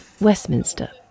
Westminster